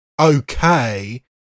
okay